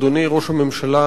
אדוני ראש הממשלה,